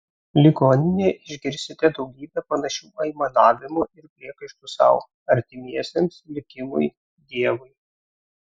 ligoninėje išgirsite daugybę panašių aimanavimų ir priekaištų sau artimiesiems likimui dievui